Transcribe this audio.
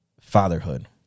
fatherhood